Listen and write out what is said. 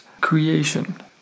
creation